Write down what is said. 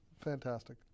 fantastic